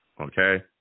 Okay